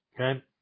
okay